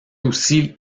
aussi